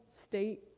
state